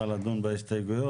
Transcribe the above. את רוצה לדון בהסתייגויות?